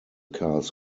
cars